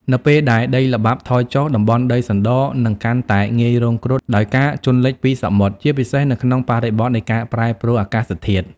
នៅពេលដែលដីល្បាប់ថយចុះ តំបន់ដីសណ្ដរនឹងកាន់តែងាយរងគ្រោះដោយការជន់លិចពីសមុទ្រ ជាពិសេសនៅក្នុងបរិបទនៃការប្រែប្រួលអាកាសធាតុ។